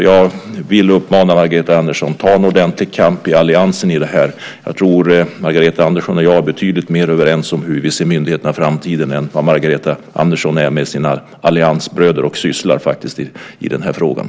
Jag vill uppmana Margareta Andersson att ta en ordentlig kamp i alliansen. Jag tror att Margareta Andersson och jag är betydligt mer överens om hur vi ser myndigheterna i framtiden än vad Margareta Andersson är med sina alliansbröder och systrar.